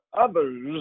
others